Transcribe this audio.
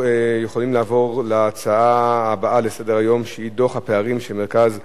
נעבור להצעות לסדר-היום בנושא: דוח הפערים של "מרכז אדוה",